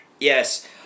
yes